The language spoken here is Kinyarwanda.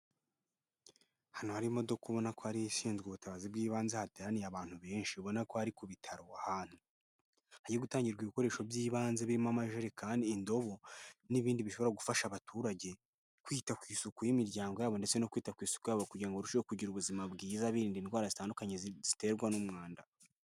Hano hari imodoka ubona ko ariyo ishinzwe ubutabazi bw'ibanze hateraniye abantu benshi ubona ko ari ku bitaro. Ahantu hagiye gutangirwa ibikoresho by'ibanze, birimo amajerekani, indobo, n'ibindi bishobora gufasha abaturage kwita ku isuku y'imiryango yabo, ndetse no kwita ku isuku yabo, kugira ngo barusheho kugira ubuzima bwiza, birinda indwara zitandukanye ziterwa n'umwanda.